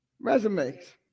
Resumes